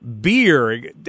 beer